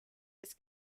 this